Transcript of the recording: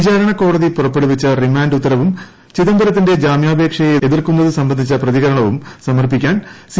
വിചാരണക്കോടതി പുറപ്പെടുവിച്ച റിമാന്റ് ഉത്തരവും ചിദംബരത്തിന്റെ ജാമ്യാപേക്ഷയെ എതിർക്കുന്നത് സംബന്ധിച്ച പ്രതികരണവും സമർപ്പിക്കാൻ സി